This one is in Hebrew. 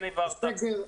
כן העברתם?